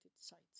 sites